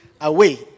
away